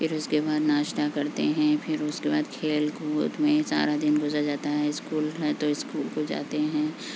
پھر اس کے بعد ناشتا کرتے ہیں پھر اس کے بعد کھیل کود میں سارا دن گزر جاتا ہے اسکول ہے تو اسکول کو جاتے ہیں